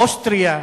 אוסטריה,